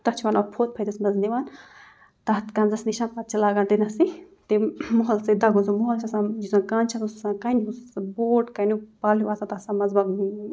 تَتھ چھِ وَنان پھوٚت پھٔتِس منٛز نِوان تَتھ کنٛزَس نِشَن پَتہٕ چھِ لاگان تٔتۍ نَسٕے تٔمۍ موٚہَل سۭتۍ دَگُن سُہ موٚہَل چھِ آسان یُس زَن کَنٛز چھِ آسان سُہ چھِ آسان کَنہِ ہُںٛد سُہ چھِ آسان بوڈ کَنیوٗ پَل ہیوٗ آسان تَتھ چھِ آسان منٛزٕ باگ